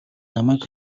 намайг